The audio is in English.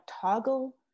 Toggle